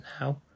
now